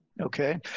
okay